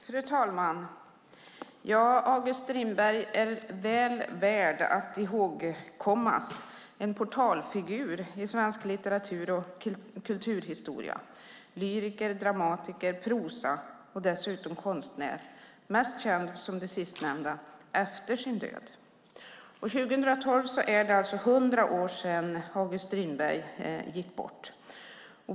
Fru talman! August Strindberg är en portalfigur i svensk litteratur och kulturhistoria som är väl värd att ihågkommas. Han var lyriker, dramatiker, prosaist och dessutom konstnär - som det sistnämnda mest känd efter sin död. År 2012 är det alltså 100 år sedan August Strindberg gick bort.